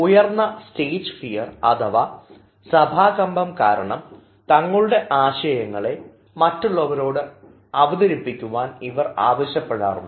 ഉയർന്ന stage fear അഥവാ സഭാ കമ്പം കാരണം തങ്ങളുടെ ആശയങ്ങളെ മറ്റുള്ളവരോട് അവതരിപ്പിക്കുവാൻ ഇവർ ആവശ്യപ്പെടാറുണ്ട്